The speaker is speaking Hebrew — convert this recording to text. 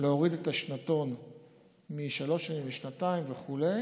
להוריד את השנתון משלוש שנים לשנתיים וכו'